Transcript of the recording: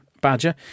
badger